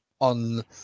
on